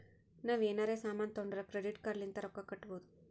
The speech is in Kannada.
ನಾವ್ ಎನಾರೇ ಸಾಮಾನ್ ತೊಂಡುರ್ ಕ್ರೆಡಿಟ್ ಕಾರ್ಡ್ ಲಿಂತ್ ರೊಕ್ಕಾ ಕಟ್ಟಬೋದ್